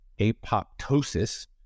apoptosis